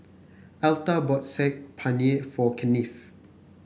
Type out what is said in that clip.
Elta bought Saag Paneer for Kennith